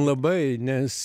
labai nes